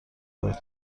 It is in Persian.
داد